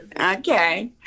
Okay